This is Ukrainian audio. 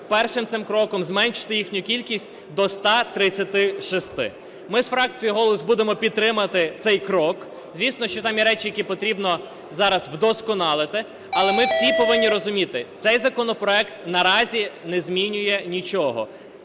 першим цим кроком зменшити їхню кількість до 136. Ми з фракцією "Голос" будемо підтримувати цей крок. Звісно, що там є речі, які потрібно зараз вдосконалити. Але ми всі повинні розуміти: цей законопроект наразі не змінює нічого,